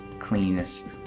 cleanest